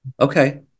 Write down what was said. Okay